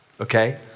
okay